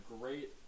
great